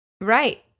Right